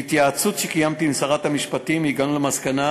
בהתייעצות שקיימתי עם שרת המשפטים הגענו למסקנה